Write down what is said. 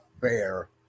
fair